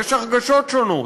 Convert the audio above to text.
יש הרגשות שונות,